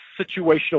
situational